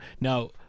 Now